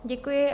Děkuji.